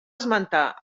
esmentar